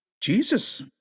Jesus